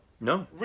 No